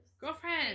Girlfriend